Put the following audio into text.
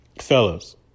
fellas